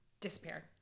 disappeared